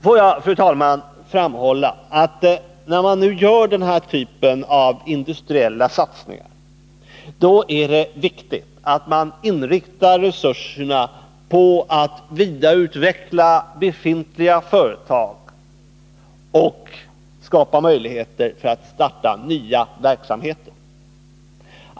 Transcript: Får jag sedan, fru talman, framhålla att när man gör den här typen av industriell satsning, då är det viktigt att inrikta resurserna på att vidareutveckla befintliga företag och skapa möjligheter att starta nya verksamheter.